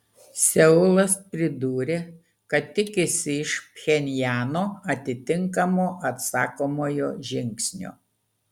seulas pridūrė kad tikisi iš pchenjano atitinkamo atsakomojo žingsnio